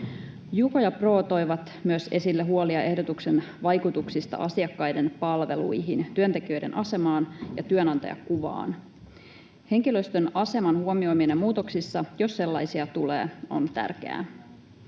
Juko ja Pro toivat myös esille huolia ehdotuksen vaikutuksista asiakkaiden palveluihin, työntekijöiden asemaan ja työnantajakuvaan. Henkilöstön aseman huomioiminen muutoksissa, jos sellaisia tulee, on tärkeää.